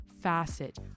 facet